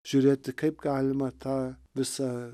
žiūrėti kaip galima tą visą